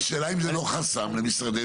אבל השאלה אם זה לא חסם למשרדי ממשלה.